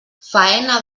faena